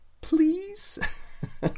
please